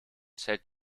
zählt